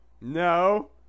no